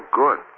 good